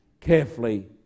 carefully